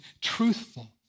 truthful